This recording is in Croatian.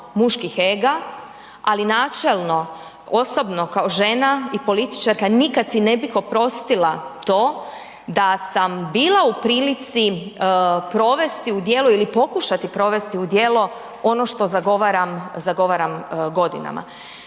muških ega, ali načelno, osobno kao žena i političarka nikad si ne bih oprostila to da sam bila u prilici provesti u djelo ili pokušati provesti u djelo ono što zagovaram godinama.